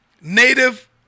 Native